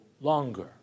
longer